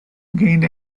gained